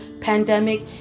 pandemic